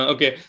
Okay